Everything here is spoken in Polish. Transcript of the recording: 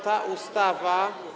Ta ustawa.